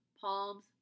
palms